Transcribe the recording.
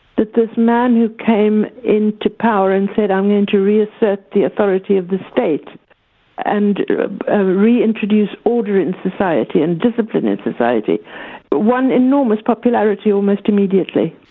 that this man who came into power and said, i'm going to reassert the authority of the state and reintroduce order in society and discipline in society but won enormous popularity almost immediately.